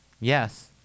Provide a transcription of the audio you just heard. Yes